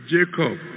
Jacob